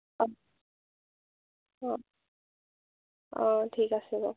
অঁ অঁ অঁ ঠিক আছে দিয়ক